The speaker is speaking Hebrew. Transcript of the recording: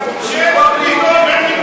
ברור,